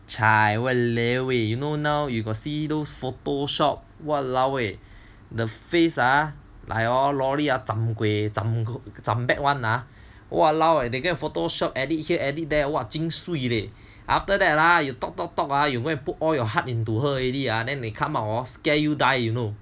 chai !walaoeh! you know now you got see those Photoshop !walaoeh! the face hor like lorry zham back one ah !walao! that guy Photoshop edit here edit there jin swee leh after that ah you talk talk talk ah you go and put your heart into her already ah then they come out scare you die you know